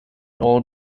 all